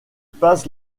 passe